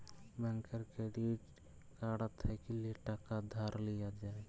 ব্যাংকের credit card থ্যাইকলে টাকা ধার লিয়া যায়